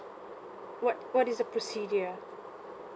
what what is the procedure